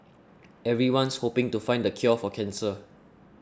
everyone's hoping to find the cure for cancer